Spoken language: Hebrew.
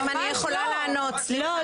סליחה, אם אני יכולה לענות, סליחה.